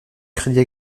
crédit